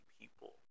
people